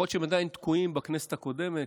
יכול להיות שהם עדיין תקועים בכנסת הקודמת,